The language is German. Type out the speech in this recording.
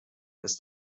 ist